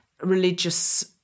religious